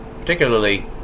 particularly